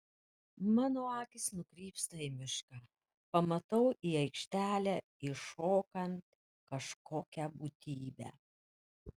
mano akys nukrypsta į mišką pamatau į aikštelę įšokant kažkokią būtybę